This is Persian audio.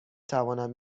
توانم